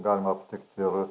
galima aptikt ir